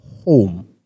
home